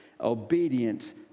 obedience